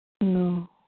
No